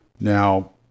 Now